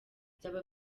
byaba